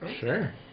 Sure